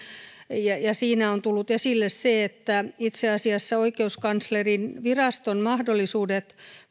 ja siinä on tullut esille se että itse asiassa oikeuskanslerinviraston mahdollisuudet